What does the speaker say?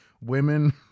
women